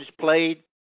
played